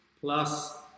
plus